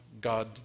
God